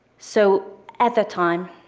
so at that time,